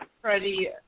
Freddie